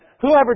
Whoever